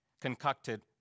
concocted